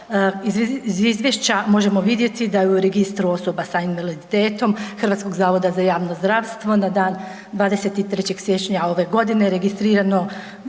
Iz izvješća možemo vidjeti da je u registru osoba sa invaliditetom HZJZ na dan 23. siječnja ove godine registrirano